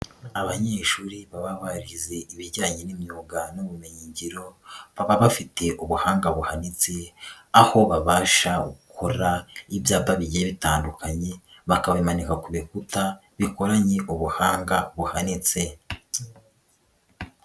Abanyeshuri baba barize ibijyanye n'imyuga n'ubumenyingiro, baba bafite ubuhanga buhanitse, aho babasha gukora ibyapa bigiye bitandukanye, bakabimanika ku bikuta, bikoranye ubuhanga buhanitse.